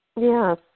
Yes